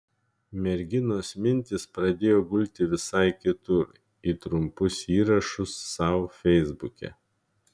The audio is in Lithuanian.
merginos mintys pradėjo gulti visai kitur į trumpus įrašus sau feisbuke